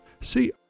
see